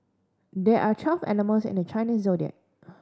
there are twelve animals in the Chinese Zodiac